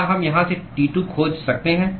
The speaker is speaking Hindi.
क्या हम यहाँ से T2 खोज सकते हैं